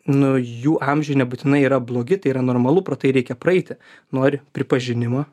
nu jų amžiui nebūtinai yra blogi tai yra normalu pro tai reikia praeiti nori pripažinimo